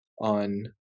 on